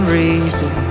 reason